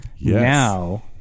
Now